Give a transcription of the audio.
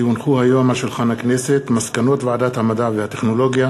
כי הונחו היום על שולחן הכנסת מסקנות ועדת המדע והטכנולוגיה